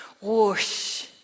whoosh